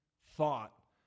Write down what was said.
thought